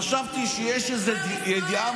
חשבתי שיש איזו ידיעה